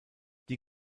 die